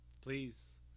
Please